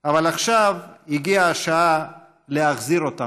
אבל פעם אחת עברתי על כללי